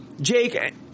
Jake